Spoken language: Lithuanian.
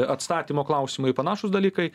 atstatymo klausimai panašūs dalykai